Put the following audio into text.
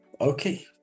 Okay